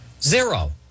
zero